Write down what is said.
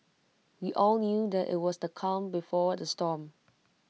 we all knew that IT was the calm before the storm